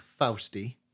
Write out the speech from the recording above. Fausti